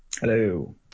Hello